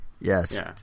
Yes